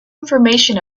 information